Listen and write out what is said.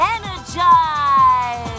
Energize